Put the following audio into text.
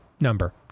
Number